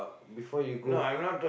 before you go